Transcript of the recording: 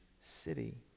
city